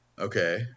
Okay